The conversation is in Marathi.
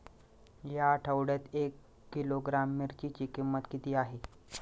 या आठवड्यात एक किलोग्रॅम मिरचीची किंमत किती आहे?